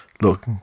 look